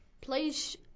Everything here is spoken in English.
please